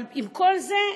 אבל עם כל זה,